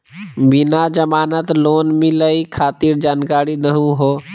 बिना जमानत लोन मिलई खातिर जानकारी दहु हो?